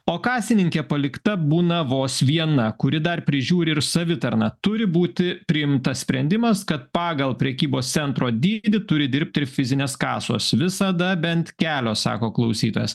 o kasininkė palikta būna vos viena kuri dar prižiūri ir savitarną turi būti priimtas sprendimas kad pagal prekybos centro dydį turi dirbti ir fizinės kasos visada bent kelios sako klausytojas